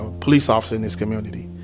police officer in this community,